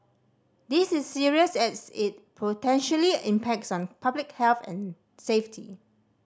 this is serious as it potentially impacts on public health and safety